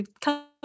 come